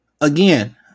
again